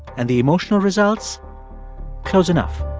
and the emotional results close enough